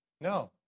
No